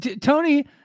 Tony